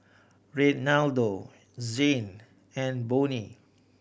Renaldo Zhane and Bonny